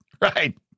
Right